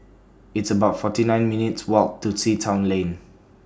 It's about forty nine minutes' Walk to Sea Town Lane